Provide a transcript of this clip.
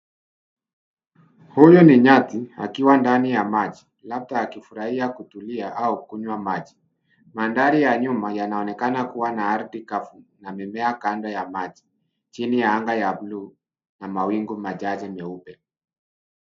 Huyu ni nyati akiwa ndani ya maji labda akiwa akifurahia kutulia au kunywa maji, madhari ya nyuma yanaokana kuwa ardhi kafu na mimea kando ya maji, chini ya anga ya blue na mawingu machache meupe.